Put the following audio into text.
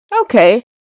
Okay